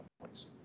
points